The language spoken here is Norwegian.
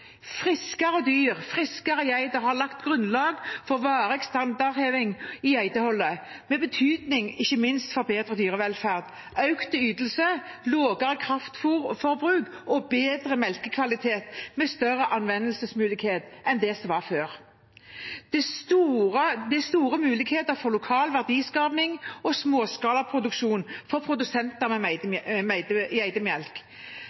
varig standardheving i geiteholdet med betydning ikke minst for bedre dyrevelferd, økt ytelse, mindre kraftfôrforbruk og bedre melkekvalitet med større anvendelsesmulighet enn det som var før. Det er store muligheter for lokal verdiskaping og småskalaproduksjon for produsenter